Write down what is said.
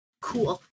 Cool